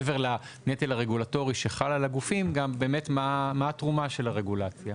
מעבר לנטל הרגולטורי שחל על הגופים מהי באמת התרומה של הרגולציה?